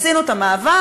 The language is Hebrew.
עשינו את המאבק,